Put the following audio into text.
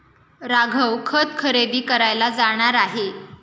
राघव खत खरेदी करायला जाणार आहे